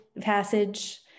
passage